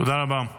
תודה רבה.